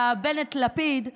יא בנט-לפיד,